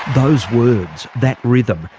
those words, that rhythm,